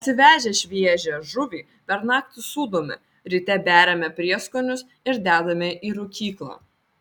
atsivežę šviežią žuvį per naktį sūdome ryte beriame prieskonius ir dedame į rūkyklą